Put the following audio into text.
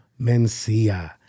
Mencia